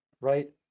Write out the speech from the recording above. right